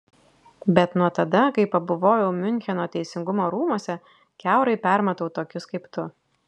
bet nuo tada kai pabuvojau miuncheno teisingumo rūmuose kiaurai permatau tokius kaip tu